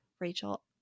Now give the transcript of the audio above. Rachel